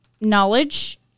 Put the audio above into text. knowledge